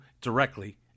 directly